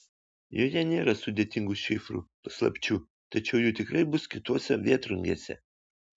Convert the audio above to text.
joje nėra sudėtingų šifrų paslapčių tačiau jų tikrai bus kitose vėtrungėse